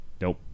Nope